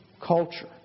culture